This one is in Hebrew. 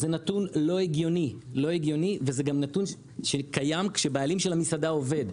זה נתון לא הגיוני וזה גם נתון שקיים כשהבעלים של המסעדה עובד.